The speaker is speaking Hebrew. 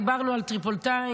דיברנו על טריפוליטאים,